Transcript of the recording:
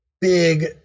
big